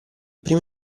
primo